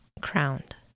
crowned